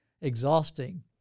exhausting